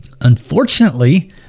Unfortunately